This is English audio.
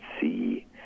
see